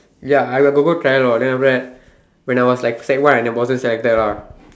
ya I will got go try lor then after that when I was like sec one and I wasn't selected lah